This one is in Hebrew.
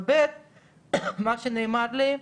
ודבר שני, מה שנאמר לי,